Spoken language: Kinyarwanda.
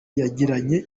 yagiranye